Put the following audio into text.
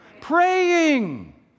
Praying